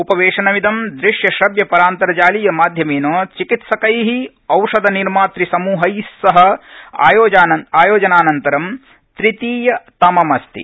उपवेशनमिदंदृश्यश्रव्य परान्तरजालीय माध्यमेन चिकित्सकै औषधनिर्मातृ समूहै सह आयोजनानन्तरं तृतीयतममस्ति